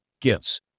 gifts